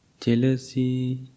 jealousy